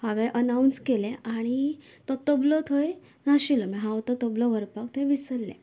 हांवेन अनाउंस केलें आनी तो तबलो थंय नाशिल्लो म्हळ्यार हांव तो तबलो व्हरपाक थंय विसरले